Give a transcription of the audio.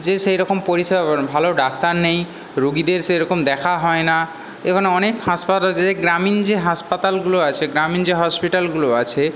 যেয়ে সেই রকম পরিষেবা পাবেন না ভালো ডাক্তার নেই রুগিদের সে রকম দেখা হয় না এখানে অনেক হাসপাতাল আছে গ্রামীণ যে হাসপাতালগুলো আছে গ্রামীণ যে হসপিটালগুলো আছে